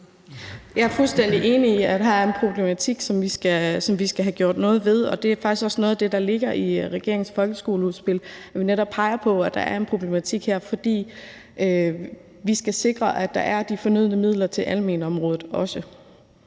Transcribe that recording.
Jeg er fuldstændig enig i, at her er en problematik, som vi skal have gjort noget ved, og det er faktisk også noget af det, der ligger i regeringens folkeskoleudspil, hvor vi netop peger på, at der er en problematik her, fordi vi skal sikre, at der er de fornødne midler til almenområdet også.